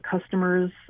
customers